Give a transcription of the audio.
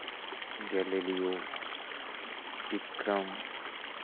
Galileo Vikram